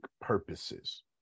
purposes